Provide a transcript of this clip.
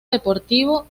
deportivo